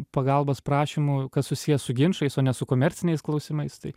pagalbos prašymų kas susiję su ginčais o ne su komerciniais klausimais tai